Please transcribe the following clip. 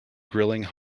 grilling